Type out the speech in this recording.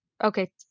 Okay